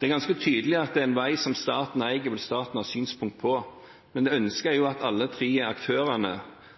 Det er ganske tydelig at det er en vei som staten eier, og som staten har synspunkter på, men ønsket er at alle tre aktørene